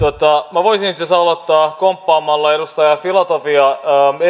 minä voisin itse asiassa aloittaa komppaamalla edustaja filatovia